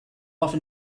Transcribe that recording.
often